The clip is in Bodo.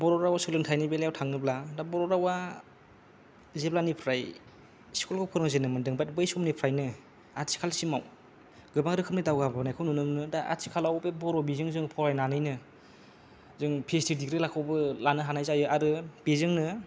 बर'राव सोलोंथाइनि बेलायाव थांयोब्ला दा बर'रावा जेब्लानिफ्राय स्कुलाव फोरोंजेननो मोनदों बै समनिफ्रायनो आथिखालसिमाव गोबां रोखोमै दावगाबोनायखौ नुनो मोनो दा आथिखालाव बे बर' बिजोंजों फरायनानैनो जों पि ओइस दि दिज्रिलाखौबो लानो हानाय जायो आरो बेजोंनो